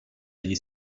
degli